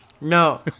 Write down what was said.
No